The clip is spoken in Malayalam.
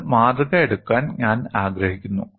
നിങ്ങൾ മാതൃക എടുക്കാൻ ഞാൻ ആഗ്രഹിക്കുന്നു